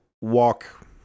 walk